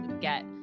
get